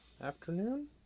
Afternoon